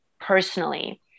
personally